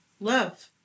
Love